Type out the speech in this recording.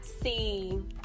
See